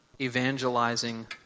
evangelizing